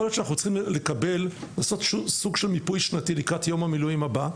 להיות שאנחנו צריכים לעשות סוג של מיפוי שנתי לקראת יום המילואים הבא,